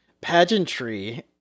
pageantry